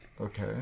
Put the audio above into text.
Okay